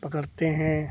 पकड़ते हैं